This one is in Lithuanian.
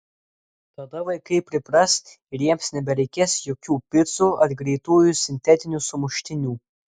tada vaikai pripras ir jiems nebereikės jokių picų ar greitųjų sintetinių sumuštinių